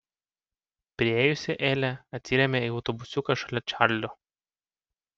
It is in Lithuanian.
priėjusi elė atsirėmė į autobusiuką šalia čarlio